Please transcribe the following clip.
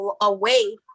away